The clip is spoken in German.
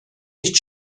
nicht